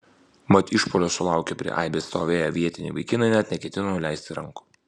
mat išpuolio sulaukę prie aibės stovėję vietiniai vaikinai net neketino nuleisti rankų